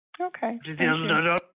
Okay